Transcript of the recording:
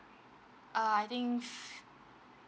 uh I think